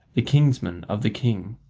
the kinsman of the king.